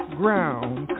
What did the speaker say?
ground